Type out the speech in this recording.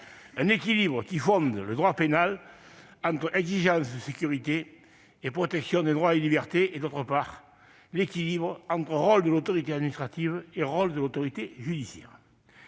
l'équilibre qui fonde le droit pénal entre exigences de sécurité et protection des droits et libertés, et, d'autre part, l'équilibre entre rôle de l'autorité administrative et celui de l'autorité judiciaire.